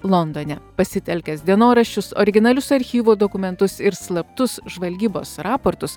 londone pasitelkęs dienoraščius originalius archyvo dokumentus ir slaptus žvalgybos raportus